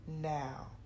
now